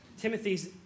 Timothy's